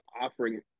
offering